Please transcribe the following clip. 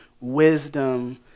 wisdom